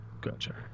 Gotcha